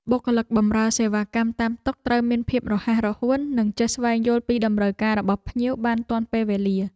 បុគ្គលិកបម្រើសេវាកម្មតាមតុត្រូវមានភាពរហ័សរហួន និងចេះស្វែងយល់ពីតម្រូវការរបស់ភ្ញៀវបានទាន់ពេលវេលា។